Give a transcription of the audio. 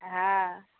हॅं